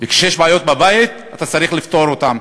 וכשיש בעיות בבית אתה צריך לפתור אותן,